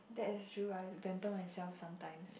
that is true I have to pamper myself sometimes